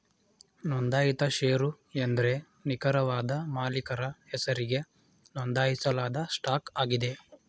ನೊಂದಾಯಿತ ಶೇರು ಎಂದ್ರೆ ನಿಖರವಾದ ಮಾಲೀಕರ ಹೆಸರಿಗೆ ನೊಂದಾಯಿಸಲಾದ ಸ್ಟಾಕ್ ಆಗಿದೆ